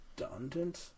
redundant